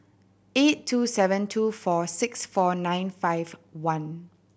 eight two seven two four six four nine five one